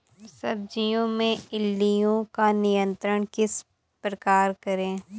सब्जियों में इल्लियो का नियंत्रण किस प्रकार करें?